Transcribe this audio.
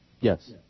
Yes